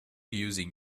using